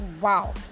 wow